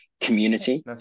community